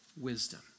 wisdom